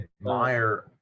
admire